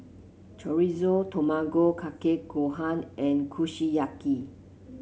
Chorizo Tamago Kake Gohan and Kushiyaki